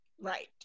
Right